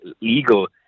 legal